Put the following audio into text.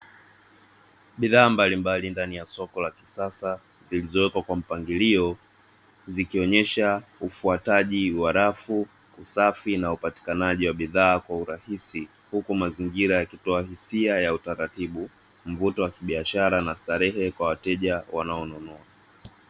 Bidhaa mbalimbali ndani ya soko la kisasa, zilizowekwa kwa mpangilio; zikionyesha ufuataji wa rafu safi na upatikanaji wa bidhaa kwa urahisi huku mazingira yakitoa hisia ya utaratibu, mvuto wa kibiashara na starehe kwa wateja wanaonunua.